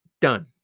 done